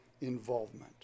involvement